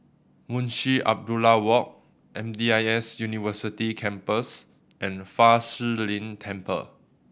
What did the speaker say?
Munshi Abdullah Walk M D I S University Campus and Fa Shi Lin Temple